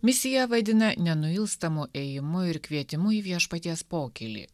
misiją vadina nenuilstamu ėjimu ir kvietimu į viešpaties pokylį